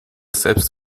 selbst